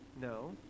No